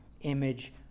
image